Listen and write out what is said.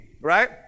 Right